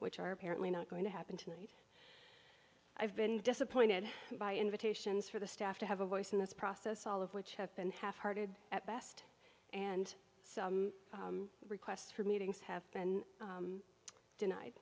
which are apparently not going to happen tonight i've been disappointed by invitations for the staff to have a voice in this process all of which have been half hearted at best and so requests for meetings have been denied